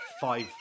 five